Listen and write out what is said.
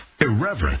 irreverent